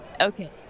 Okay